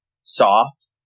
soft